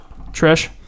Trish